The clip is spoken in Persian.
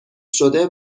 شده